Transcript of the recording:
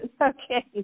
Okay